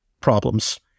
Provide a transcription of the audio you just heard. problems